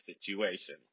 situation